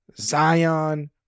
Zion